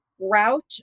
route